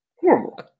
horrible